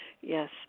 yes